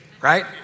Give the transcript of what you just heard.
right